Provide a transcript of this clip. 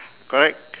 correct